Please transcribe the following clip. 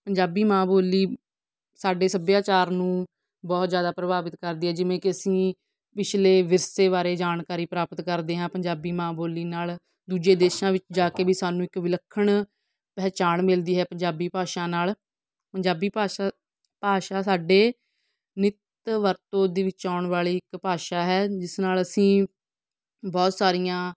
ਪੰਜਾਬੀ ਮਾਂ ਬੋਲੀ ਸਾਡੇ ਸੱਭਿਆਚਾਰ ਨੂੰ ਬਹੁਤ ਜ਼ਿਆਦਾ ਪ੍ਰਭਾਵਿਤ ਕਰਦੀ ਹੈ ਜਿਵੇਂ ਕਿ ਅਸੀਂ ਪਿਛਲੇ ਵਿਰਸੇ ਬਾਰੇ ਜਾਣਕਾਰੀ ਪ੍ਰਾਪਤ ਕਰਦੇ ਹਾਂ ਪੰਜਾਬੀ ਮਾਂ ਬੋਲੀ ਨਾਲ ਦੂਜੇ ਦੇਸ਼ਾਂ ਵਿੱਚ ਜਾ ਕੇ ਵੀ ਸਾਨੂੰ ਇੱਕ ਵਿਲੱਖਣ ਪਹਿਚਾਣ ਮਿਲਦੀ ਹੈ ਪੰਜਾਬੀ ਭਾਸ਼ਾ ਨਾਲ ਪੰਜਾਬੀ ਭਾਸ਼ਾ ਭਾਸ਼ਾ ਸਾਡੇ ਨਿੱਤ ਵਰਤੋਂ ਦੇ ਵਿੱਚ ਆਉਣ ਵਾਲੀ ਇੱਕ ਭਾਸ਼ਾ ਹੈ ਜਿਸ ਨਾਲ ਅਸੀਂ ਬਹੁਤ ਸਾਰੀਆਂ